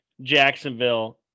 Jacksonville